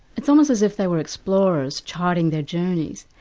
it's almost as if they were explorers charting their journeys.